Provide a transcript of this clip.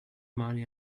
money